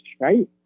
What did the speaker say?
right